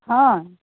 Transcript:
অঁ